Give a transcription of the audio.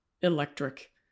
electric